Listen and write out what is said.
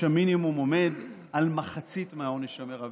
המינימום עומד על מחצית מהעונש המרבי,